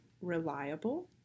reliable